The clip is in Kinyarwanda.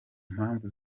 mpamvu